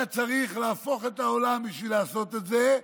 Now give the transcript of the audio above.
היה צריך להפוך את העולם בשביל לעשות את זה,